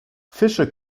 fische